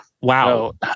Wow